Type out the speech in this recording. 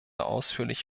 ausführlich